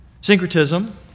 Syncretism